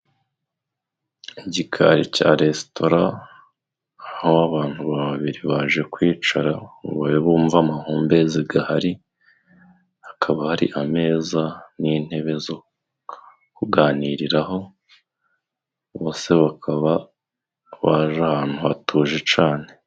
Igikari cya resitora, aho abantu babiri baje kwicara ngo babe bumva amahumbezi ahari, hakaba hari ameza n'intebe zo kuganiriraraho, bose bakaba baje ahantu hatuje cyane.